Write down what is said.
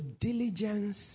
diligence